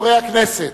חברי הכנסת,